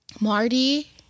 Marty